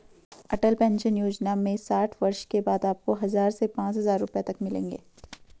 अटल pension Yojana में साठ वर्ष के बाद आपको हज़ार से पांच हज़ार रुपए तक मिलेंगे